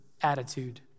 attitude